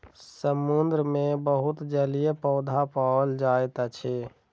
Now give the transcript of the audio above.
समुद्र मे बहुत जलीय पौधा पाओल जाइत अछि